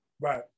Right